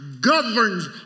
governs